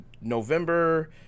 November